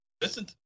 listen